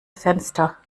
fenster